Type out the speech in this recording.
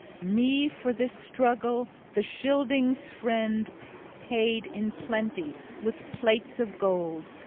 me for this struggle the scyldings'-friend paid in plenty with plates of gold,